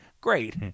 Great